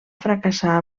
fracassar